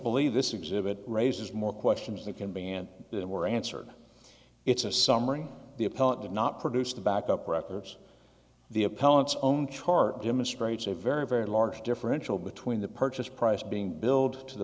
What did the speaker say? believe this exhibit raises more questions that can be and then were answered it's a summary the appellant did not produce the backup records the appellant's own chart demonstrates a very very large differential between the purchase price being billed to the